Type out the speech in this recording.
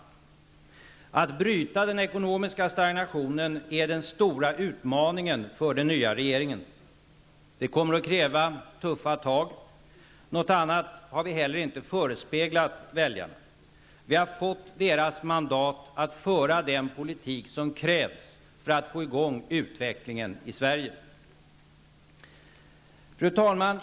Att bryta den ekonomiska stagnationen är den stora utmaningen för den nya regeringen. Det kommer att kräva tuffa tag, och något annat har vi inte heller förespeglat väljarna. Vi har fått deras mandat att föra den politik som krävs för att få i gång utvecklingen i Sverige. Fru talman!